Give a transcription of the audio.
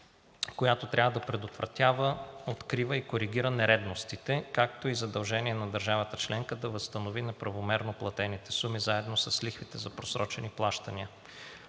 която трябва да предотвратява, открива и коригира нередностите, както и задължение на държавата членка да възстанови неправомерно платените суми заедно с лихвите за просрочени плащания.